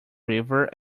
river